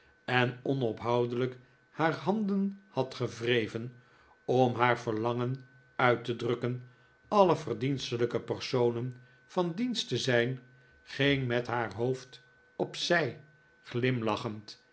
en onophoudelijk haar handen had gewreven om haar verlangen uit te drukken alle verdienstelijke personen van dienst te zijn ging met haar hoofd op zij glimlachend